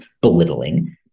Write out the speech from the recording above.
belittling